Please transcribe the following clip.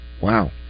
wow